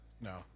No